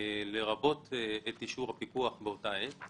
לרבות את אישור הפיקוח באותה עת.